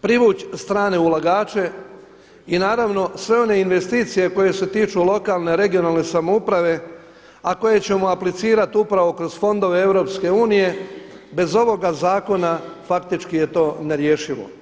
privući strane ulagače i naravno sve one investicije koje se tiču lokalne, regionalne samouprave, a koje ćemo aplicirati upravo kroz fondove EU bez ovoga zakona faktički je to nerješivo.